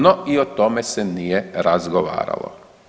No i o tome se nije razgovaralo.